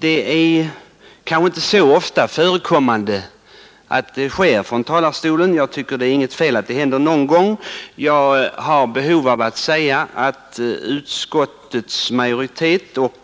Det är kanske inte så ofta sådant sker från talarstolen, men jag tycker att det inte är fel att det händer någon gång. Jag har behov av att säga att utskottets majoritet och